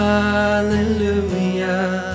Hallelujah